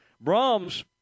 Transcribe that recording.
Brahms